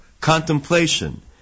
contemplation